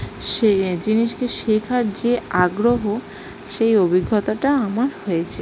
সে জিনিসকে শেখার যে আগ্রহ সেই অভিজ্ঞতাটা আমার হয়েছে